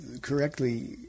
correctly